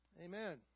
Amen